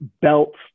belts